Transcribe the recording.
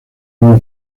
una